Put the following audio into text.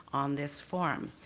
on this forum.